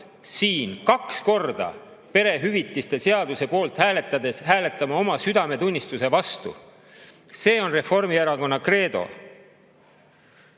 siin kaks korda perehüvitiste seaduse poolt hääletades hääletama oma südametunnistuse vastu. See on Reformierakonna kreedo. Kui